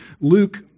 Luke